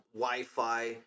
Wi-Fi